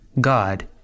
God